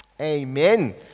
Amen